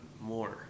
more